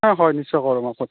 অ হয় নিশ্চয় কৰোঁ মই